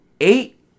eight